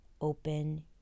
open